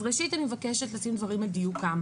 אז ראשית, אני מבקשת לשים דברים על דיוקם.